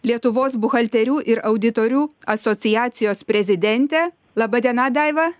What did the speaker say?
lietuvos buhalterių ir auditorių asociacijos prezidentė laba diena daiva